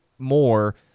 more